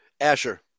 Asher